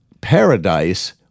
paradise